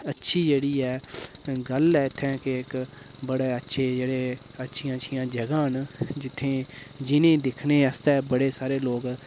अच्छी जेह्ड़ी ऐ गल्ल ऐ इत्थें के इक बड़े अच्छे जेह्ड़े अच्छियां अच्छियां जगह न जित्थें जिनेंई दिक्खने आस्तै बड़े सारे लोग